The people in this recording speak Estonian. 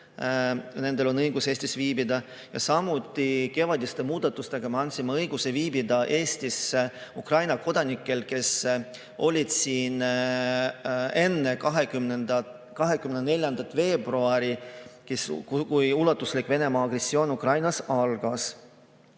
Nendel on õigus Eestis viibida. Samuti, kevadiste muudatustega me andsime õiguse viibida Eestis Ukraina kodanikele, kes olid siin enne 24. veebruari, kui ulatuslik Venemaa agressioon Ukrainas algas.